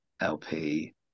LP